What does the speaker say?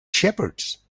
shepherds